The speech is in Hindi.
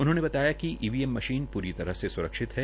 उन्होंने बताया कि ईवीएम मशीन पूरी तरह से स्रक्षित है